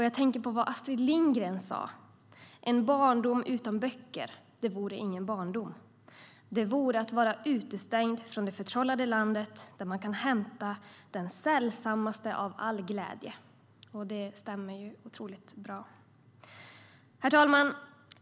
Jag tänker också på vad Astrid Lindgren sa: "En barndom utan böcker, det vore ingen barndom. Det vore att vara utestängd från det förtrollade landet, där man kan hämta den sällsammaste av all glädje." Det stämmer otroligt bra. Herr talman!